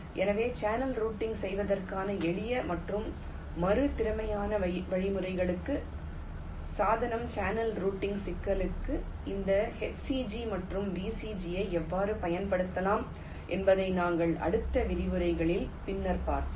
எனவே channel routing செய்வதற்கான எளிய மற்றும் மறு திறமையான வழிமுறைகளுக்கு சாதனம் சேனல் ரூட்டிங் சிக்கலுக்கு இந்த HCG மற்றும் VCG ஐ எவ்வாறு பயன்படுத்தலாம் என்பதை எங்கள் அடுத்த விரிவுரைகளில் பின்னர் பார்ப்போம்